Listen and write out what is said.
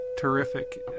terrific